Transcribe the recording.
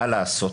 מה לעשות,